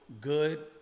good